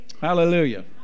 hallelujah